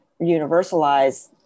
universalize